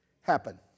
happen